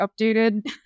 updated